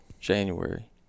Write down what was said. January